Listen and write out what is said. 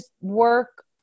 work